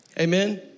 Amen